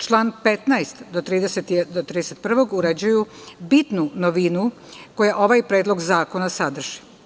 Član 15. do 31. uređuju bitnu novinu koju ovaj Predlog zakona sadrži.